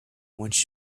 once